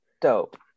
Dope